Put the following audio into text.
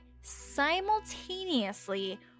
simultaneously